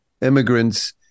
immigrants